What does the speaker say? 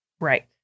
Right